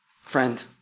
Friend